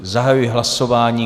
Zahajuji hlasování.